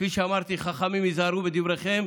כפי שאמרתי: חכמים, היזהרו בדבריכם,